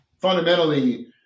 fundamentally